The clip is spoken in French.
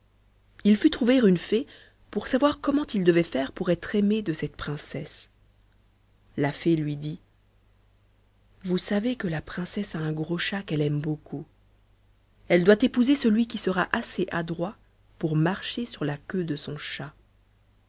il fut consulter une fée pour savoir comment il devait faire pour être aimé de cette princesse la fée lui dit vous savez que la princesse a un gros chat qu'elle aime beaucoup elle doit épouser celui qui sera assez adroit pour marcher sur la queue de son chat